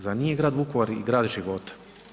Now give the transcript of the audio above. Zar nije i grad Vukovar i grad života?